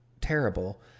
terrible